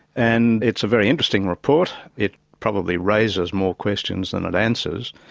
and it's a very interesting report it probably raises more questions than it answers,